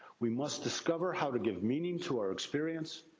we must discover how to give meaning to our experience,